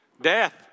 Death